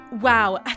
Wow